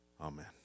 Amen